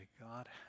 God